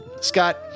Scott